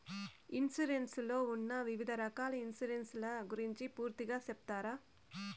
Insurance లో ఉన్న వివిధ రకాల ఇన్సూరెన్సు ల గురించి పూర్తిగా సెప్తారా?